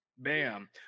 Bam